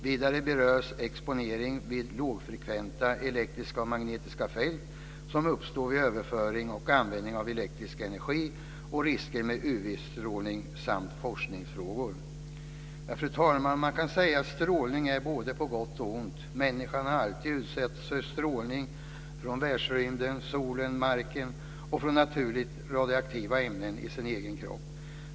Vidare berörs exponeringen för lågfrekventa elektriska och magnetiska fält som uppstår vid överföring och användning av elektrisk energi och riskerna med UV-strålning samt forskningsfrågor. Fru talman! Man kan säga att strålning är både på gott och ont. Människan har alltid utsatts för strålning - från världsrymden, solen, marken och från naturligt radioaktiva ämnen i sin egen kropp.